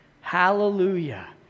Hallelujah